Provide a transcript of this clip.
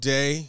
Day